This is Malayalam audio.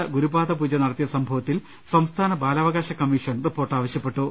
ത ഗുരു പാദ പൂജ നടത്തിയ സംഭവത്തിൽ സംസ്ഥാന ബാലാവകാശ ക മ്മീഷൻ റിപ്പോർട്ട് ആവശ്യപ്പെട്ടു